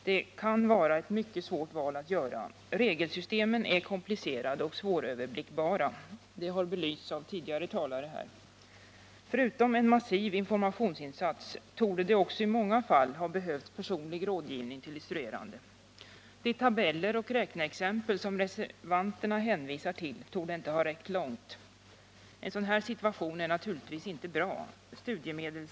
Det kan vara ett mycket svårt val att göra. Reglerna är komplicerade och svåröverblickbara. Det har belysts av tidigare talare här. Förutom en massiv informationsinsats torde det också i många fall ha behövts personlig rådgivning till de studerande. De tabeller och 109 räkneexempel som reservanterna hänvisar till torde inte ha räckt långt. En sådan här situation är naturligtvis inte bra.